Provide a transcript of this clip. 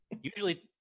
usually